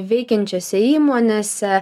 veikiančiose įmonėse